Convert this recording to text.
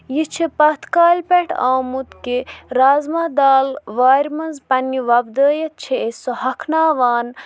یہِ چھِ پَتھ کالہِ پٮ۪ٹھ آمُت کہِ رازمہ دال وارِ منٛز پنٛنہِ وۄپدٲیِتھ چھِ أسۍ سُہ ہۄکھناوان